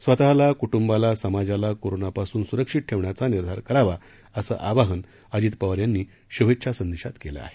स्वतःला कुटुंबाला समाजाला कोरोनापासून सुरक्षित ठेवण्याचा निर्धार करावा उसं आवाहन उजित पवार यांनी शुभेच्छा संदेशात केलं आहे